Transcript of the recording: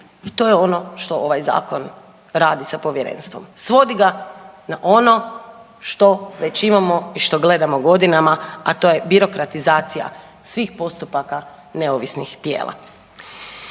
i to je ono što ovaj zakon radi sa povjerenstvom svodi ga na ono što već imamo i što gledamo godinama, a to je birokratizacija svih postupaka neovisnih tijela.